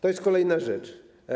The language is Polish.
To jest kolejna rzecz.